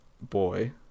boy